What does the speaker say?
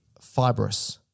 fibrous